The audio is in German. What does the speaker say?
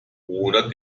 oder